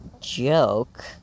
joke